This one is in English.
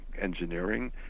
engineering